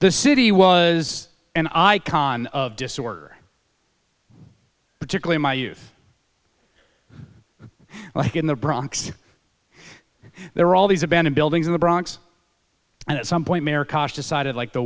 the city was an icon of disorder particularly my youth like in the bronx there are all these abandoned buildings in the bronx and at some point mayor koch decided like the